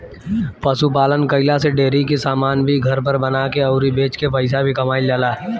पशु पालन कईला से डेरी के समान भी घर पर बना के अउरी बेच के पईसा भी कमाईल जाला